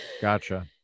gotcha